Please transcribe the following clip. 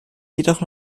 jedoch